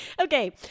Okay